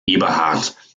eberhardt